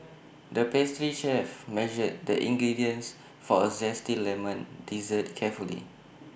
the pastry chef measured the ingredients for A Zesty Lemon Dessert carefully